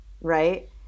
Right